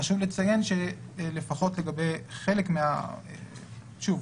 חשוב לציין שלפחות לגבי חלק שוב,